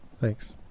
thanks